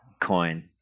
coin